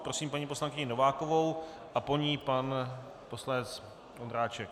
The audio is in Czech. Prosím paní poslankyni Novákovou a po ní pan poslanec Ondráček.